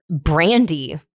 Brandy